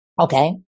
Okay